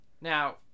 Now